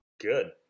Good